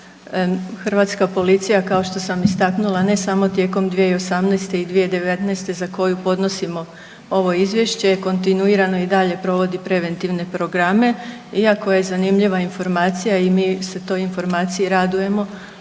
hrvatska policija kao što sam istaknula ne samo tijekom 2018. i 2019. za koju podnosimo ovo izvješće, kontinuirano i dalje provodi preventivne programe iako je zanimljiva informacija i mi se toj informaciji radujemo